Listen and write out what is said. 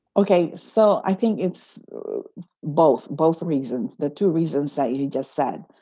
ok, so i think it's both both reasons. the two reasons that you just said,